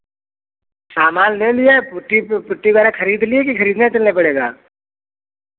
सामान ले लिया है पुट्टी पुट्टी वगैरह खरीद ली है कि खरीदने चलने पड़ेगा